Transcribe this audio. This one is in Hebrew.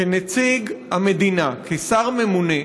כנציג המדינה, כשר ממונה,